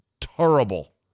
terrible